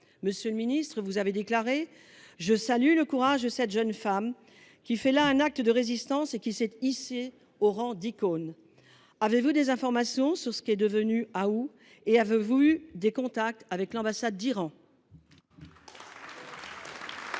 Monsieur le ministre, vous avez tenu à saluer le courage de cette jeune femme, qui a commis là un acte de résistance et s’est hissée au rang d’icône. Avez vous des informations sur ce qui est advenu d’elle et avez vous eu des contacts avec l’ambassade d’Iran ?